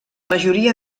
majoria